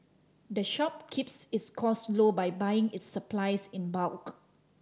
the shop keeps its cost low by buying its supplies in bulk